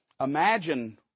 Imagine